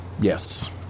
Yes